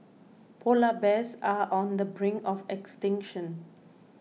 Polar Bears are on the brink of extinction